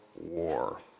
war